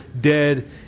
dead